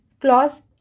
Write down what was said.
Clause